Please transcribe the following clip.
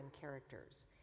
characters